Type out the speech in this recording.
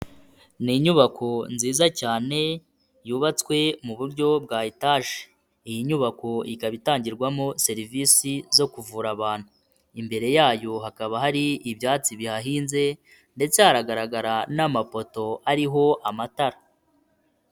Ni inyubako nziza cyane yubatswe mu buryo bwa etage, iyi nyubako ikaba itangirwamo serivisi zo kuvura abantu imbere yayo hakaba hari ibyatsi bihahinze ndetse haragaragara n'amapoto ariho amatara.